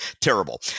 terrible